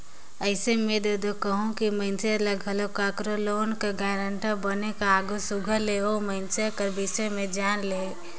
अइसे में में दो कहूं कि मइनसे ल घलो काकरो लोन कर गारंटर बने कर आघु सुग्घर ले ओ मइनसे कर बिसे में जाएन लेहे